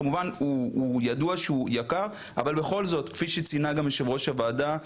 כמובן ידוע שהוא יקר אבל בכל זאת כפי שציינה גם יושב-ראש הוועדה,